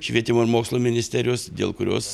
švietimo ir mokslo ministerijos dėl kurios